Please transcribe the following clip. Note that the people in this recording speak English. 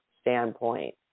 standpoint